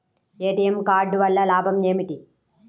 ATM card వల్ల లాభం ఏమిటి?